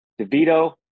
DeVito